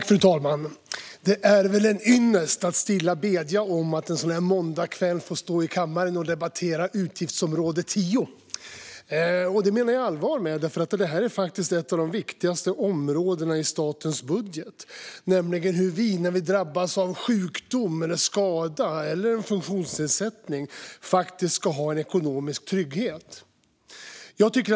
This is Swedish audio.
Fru talman! Det är väl en ynnest att stilla bedja om att en sådan här måndagskväll få stå i kammaren och debattera utgiftsområde 10. Det menar jag allvar med. Det är ett av de viktigaste områdena i statens budget. Det handlar om hur vi när vi drabbas av sjukdom, skada eller en funktionsnedsättning ska ha en ekonomisk trygghet.